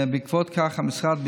בעקבות כך המשרד,